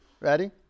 Ready